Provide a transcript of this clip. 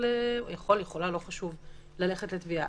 יכול/ה ללכת לתביעה.